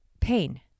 pain